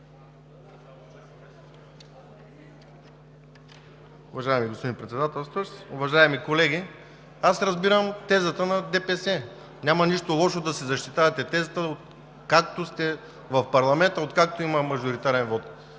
Уважаеми господин Председател, уважаеми колеги! Разбирам тезата на ДПС и няма нищо лошо да си защитавате тезата. Откакто сте в парламента, откакто има мажоритарен вот,